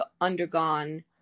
undergone